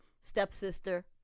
stepsister